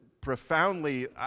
profoundly